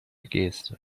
geste